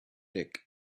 dick